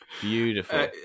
beautiful